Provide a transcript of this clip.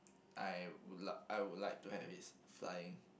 I would like I would like to have is flying